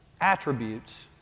attributes